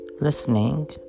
listening